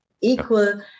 equal